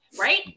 right